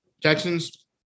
Texans